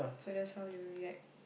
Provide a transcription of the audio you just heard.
so that's how you will react